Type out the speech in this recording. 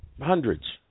hundreds